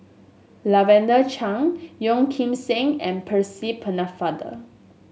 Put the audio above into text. Lavender Chang Yeo Kim Seng and Percy Pennefather